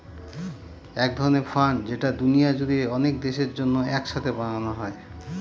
এক ধরনের ফান্ড যেটা দুনিয়া জুড়ে অনেক দেশের জন্য এক সাথে বানানো হয়